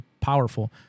powerful